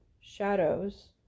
shadows